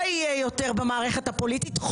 אמר לבית משפט אני לא אהיה יותר במערכת הפוליטית,